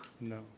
No